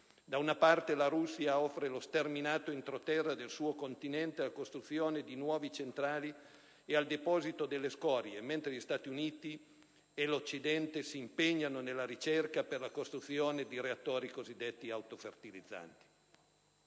Da una parte, la Russia offre lo sterminato entroterra del suo continente alla costruzione di nuove centrali ed al deposito delle scorie, mentre gli Stati Uniti e l'Occidente si impegnano nella ricerca per la costruzione dei reattori cosiddetti autofertilizzanti.